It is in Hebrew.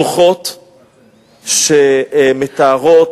דוחות שמתארים